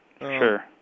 Sure